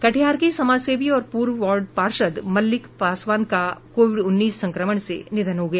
कटिहार के समाजसेवी और पूर्व वार्ड पार्षद मल्लिक पासवान का कोविड उन्नीस संक्रमण से निधन हो गया